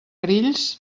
grills